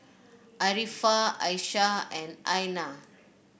Arifa Aisyah and Aina